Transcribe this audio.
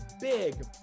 big